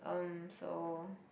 um so